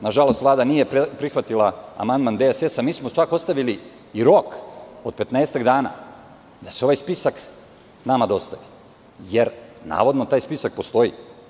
Nažalost Vlada nije prihvatila amandman DSS, mi smo čak ostavili i rok od 15 dana, da se ovaj spisak nama dostavi, jer navodno, taj spisak postoji.